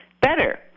better